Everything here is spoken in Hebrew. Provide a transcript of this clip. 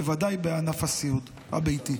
ובוודאי בענף הסיעוד הביתי.